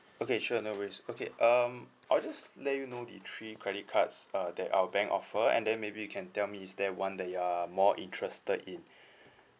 okay sure no worries okay um I'll just let you know the three credit cards uh that our bank offer and then maybe you can tell me is there one that you are more interested in